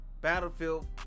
Battlefield